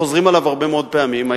חוזרים עליו הרבה מאוד פעמים.